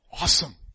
awesome